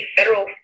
Federal